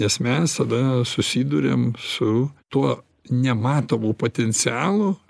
nes mes tada susiduriam su tuo nematomu potencialu